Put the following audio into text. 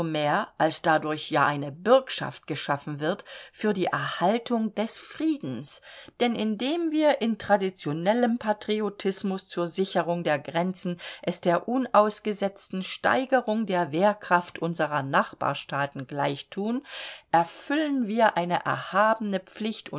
umsomehr als dadurch ja eine bürgschaft geschaffen wird für die erhaltung des friedens denn indem wir in traditionellem patriotismus zur sicherung der grenzen es der unausgesetzten steigerung der wehrkraft unserer nachbarstaaten gleichthun erfüllen wir eine erhabene pflicht